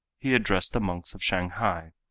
he addressed the monks of shanghai.